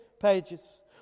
pages